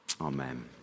Amen